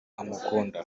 amukunda